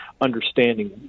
understanding